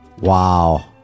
Wow